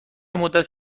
مدت